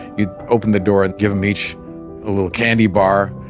he'd open the door, give them each a little candy bar,